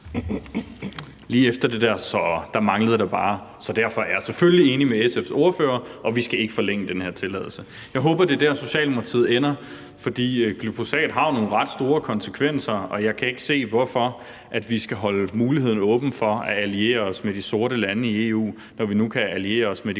det der »så ...« manglede der bare: Så derfor er jeg selvfølgelig enig med SF's ordfører i, at vi ikke skal forlænge den her tilladelse. Jeg håber, det er der, Socialdemokratiet ender, for glyfosat har jo nogle ret store konsekvenser, og jeg kan ikke se, hvorfor vi skal holde muligheden åben for at alliere os med de sorte lande i EU, når vi nu kan alliere os med de